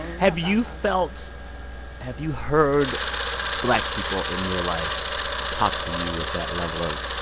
have you felt have you heard black people in your life talk to you with that level of,